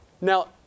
Now